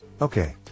Okay